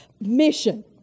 mission